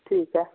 ठीक ऐ